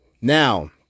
Now